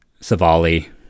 Savali